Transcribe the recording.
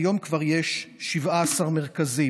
והיום כבר יש 17 מרכזים.